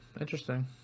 interesting